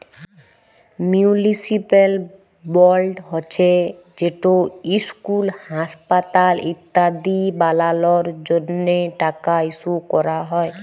municipal board হছে যেট school, হাঁসপাতাল ইত্যাদি বালালর জ্যনহে টাকা ইস্যু ক্যরা হ্যয়